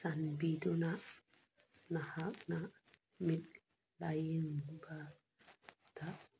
ꯆꯥꯟꯕꯤꯗꯨꯅ ꯅꯍꯥꯛꯅ ꯃꯤꯠ ꯂꯥꯏꯌꯦꯡꯕꯗ